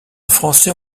français